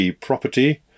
Property